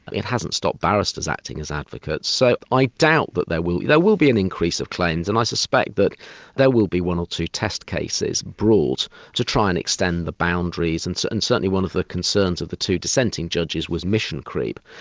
it hasn't stopped barristers acting as advocates, so i doubt that there will will be an increase of claims, and i suspect but there will be one or two test cases brought to try and extend the boundaries, and so and certainly one of the concerns of the two dissenting judges was mission creep.